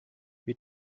wie